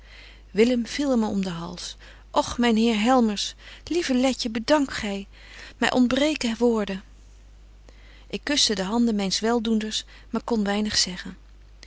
viel hem om den hals och myn heer helmers lieve letje bedank gy my ontbreken woorden ik kuschte de hand myns weldoenders maar kon weinig zeggen